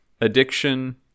addiction